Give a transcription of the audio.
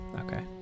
Okay